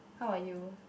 how about you